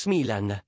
Milan